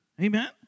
Amen